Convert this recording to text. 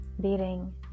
beating